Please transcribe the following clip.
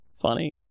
Funny